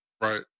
right